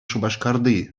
шупашкарти